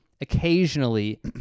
occasionally